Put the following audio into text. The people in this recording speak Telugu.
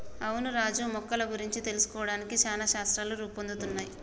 అవును రాజు మొక్కల గురించి తెలుసుకోవడానికి చానా శాస్త్రాలు రూపొందుతున్నయ్